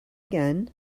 again